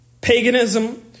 Paganism